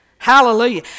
Hallelujah